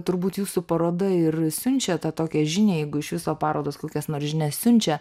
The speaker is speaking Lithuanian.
turbūt jūsų paroda ir siunčia tą tokią žinią jeigu iš viso parodos kokias nors žinias siunčia